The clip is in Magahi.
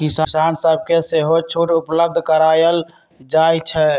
किसान सभके सेहो छुट उपलब्ध करायल जाइ छइ